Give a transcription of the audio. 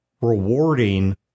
rewarding